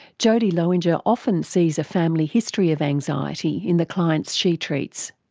jodie lowinger often sees a family history of anxiety in the clients she treats.